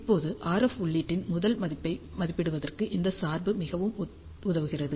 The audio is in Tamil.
இப்போது RF உள்ளீட்டின் முதல் மதிப்பை மதிப்பிடுவதற்கு இந்த சார்பு நமக்கு உதவுகிறது